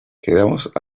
quedamos